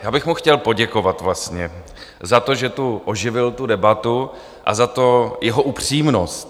Já bych mu chtěl poděkovat vlastně za to, že tu oživil tu debatu, a za tu jeho upřímnost.